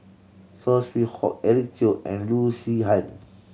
Saw Swee Hock Eric Teo and Loo Zihan